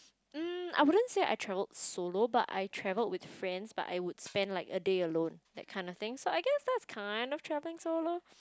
mm I wouldn't say I traveled solo but I traveled with friends but I would spend like a day alone that kind of thing so I guess that's kind of travelling solo